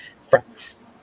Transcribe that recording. friends